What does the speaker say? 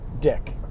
dick